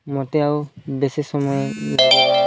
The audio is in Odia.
ମୋତେ ଆଉ ବେଶୀ ସମୟ